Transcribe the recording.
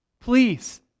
please